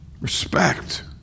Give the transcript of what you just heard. Respect